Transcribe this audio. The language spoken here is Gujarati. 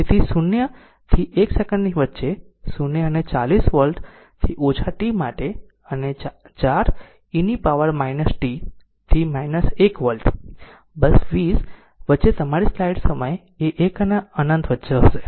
તેથી 0 થી 1 સેકન્ડની વચ્ચે 0 અને 40 વોલ્ટ થી ઓછા t માટે અને 4 e પાવર t થી 1 વોલ્ટ 20 વચ્ચે તમારી સ્લાઈડ સમયએ 1 અને અનંત વચ્ચે હશે